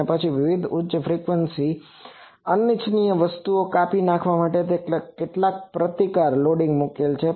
અને પછી વિવિધ ઉચ્ચ ફ્રિકવન્સી અનિચ્છનીય વસ્તુઓ કાપી નાખવા માટે કેટલાક પ્રતિકારક લોડિંગ મૂકેલ છે